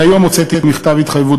היום הוצאתי מכתב התחייבות,